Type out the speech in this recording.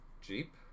Jeep